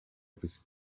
bis